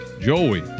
Joey